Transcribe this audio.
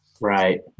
right